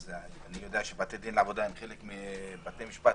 אז אני יודע שבתי דין לעבודה הם חלק מבתי משפט,